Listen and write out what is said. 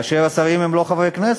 שבה השרים הם לא חברי כנסת,